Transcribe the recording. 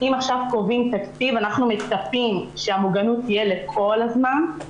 אם קובעים עכשיו תקציב אנחנו מצפים שהמוגנות תהיה לכל הזמן,